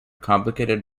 complicated